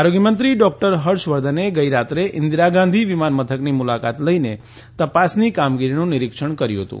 આરોગ્યમંત્રી ડૉક્ટર હર્ષવર્ધને ગઇરાત્રે ઇન્દિરા ગાંધી વિમાનમથકની મુલાકાત લઇને તપાસની કામગીરીનું નીરિક્ષણ કર્યું હતું